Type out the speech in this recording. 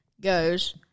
goes